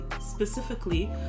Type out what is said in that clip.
specifically